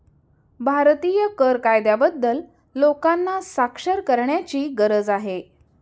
भारतीय कर कायद्याबद्दल लोकांना साक्षर करण्याची गरज आहे